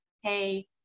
Hey